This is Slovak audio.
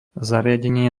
zariadenie